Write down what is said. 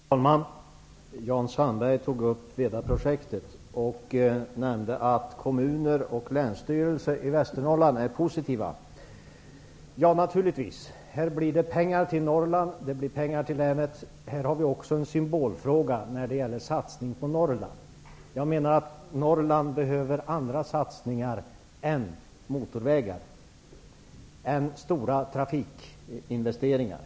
Fru talman! Jan Sandberg tog upp Vedaprojektet och nämnde att kommuner och Länsstyrelsen i Västernorrland är positiva. Ja, det är de naturligtvis. Här blir det pengar till Norrland -- det blir pengar till länet. Det är också en symbolfråga när det gäller satsning på Norrland. Jag menar att Norrland behöver andra satsningar än motorvägar och stora trafikinvesteringar.